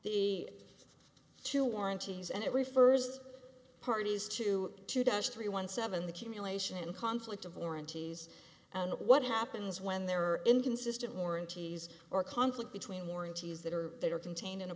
the two warranties and it refers parties to two does three one seven the cumulation conflict of warranties and what happens when there are inconsistent warranties or conflict between warranties that are that are contained in a